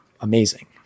amazing